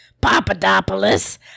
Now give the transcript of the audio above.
Papadopoulos